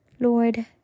Lord